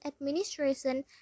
administration